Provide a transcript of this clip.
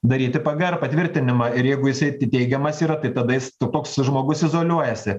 daryti pgr patvirtinimą ir jeigu jisai teigiamas yra tai tada jis toks žmogus izoliuojasi